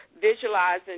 visualizing